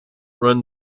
run